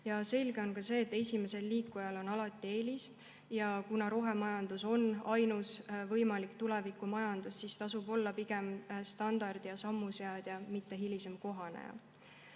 Selge on ka see, et esimesel liikujal on alati eelis. Kuna rohemajandus on ainus võimalik tulevikumajandus, siis tasub olla pigem standardi- ja sammuseadja, mitte hilisem kohaneja.